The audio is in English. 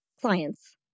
clients